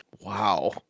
Wow